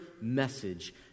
message